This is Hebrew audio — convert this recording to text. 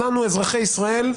אותנו אזרחי ישראל,